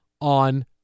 on